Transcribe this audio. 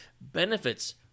benefits